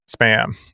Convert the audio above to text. spam